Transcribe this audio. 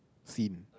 sin